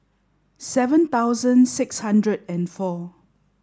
seven thousand six hundred and four